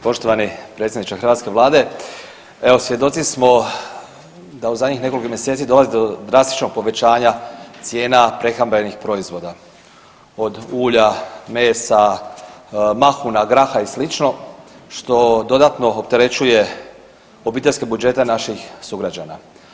Poštovani predsjedniče hrvatske vlade, evo svjedoci smo da u zadnjih nekoliko mjeseci dolazi do drastičnog povećanja cijena prehrambenih proizvoda, od ulja, mesa, mahuna, graha i slično što dodatno opterećuje obiteljske budžete naših sugrađana.